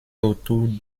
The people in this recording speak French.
autour